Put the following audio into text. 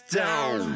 down